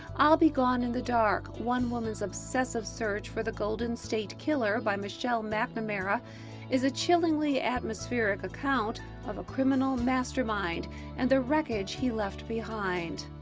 i'll be gone in the dark one woman's obsessive search for the golden state killer by michelle mcnamara is a chillingly atmospheric account of a criminal mastermind and the wreckage he left behind.